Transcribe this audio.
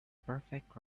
perfect